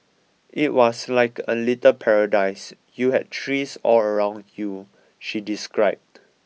it was like a little paradise you had trees all around you she described